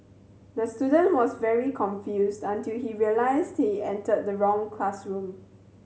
the student was very confused until he realised he entered the wrong classroom